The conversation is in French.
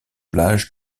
plages